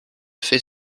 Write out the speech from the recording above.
fait